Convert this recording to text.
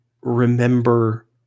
remember